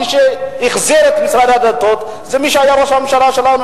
מי שהחזיר את משרד הדתות זה מי שהיה ראש הממשלה שלנו,